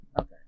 Okay